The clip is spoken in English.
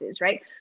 right